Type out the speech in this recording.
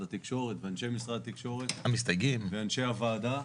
התקשורת ואנשי משרד התקשורת ואנשי הוועדה.